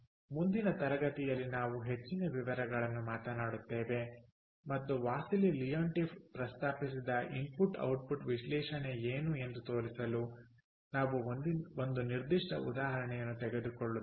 ಮುಂದಿನ ತರಗತಿಯಲ್ಲಿ ನಾವು ಹೆಚ್ಚಿನ ವಿವರಗಳನ್ನು ಮಾತನಾಡುತ್ತೇವೆ ಮತ್ತು ವಾಸಿಲಿ ಲಿಯೊಂಟಿಫ್ ಪ್ರಸ್ತಾಪಿಸಿದ ಇನ್ಪುಟ್ ಔಟ್ಪುಟ್ ವಿಶ್ಲೇಷಣೆ ಏನು ಎಂದು ತೋರಿಸಲು ನಾವು ಒಂದು ನಿರ್ದಿಷ್ಟ ಉದಾಹರಣೆಯನ್ನು ತೆಗೆದುಕೊಳ್ಳುತ್ತೇವೆ